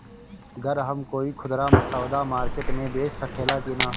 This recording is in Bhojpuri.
गर हम कोई खुदरा सवदा मारकेट मे बेच सखेला कि न?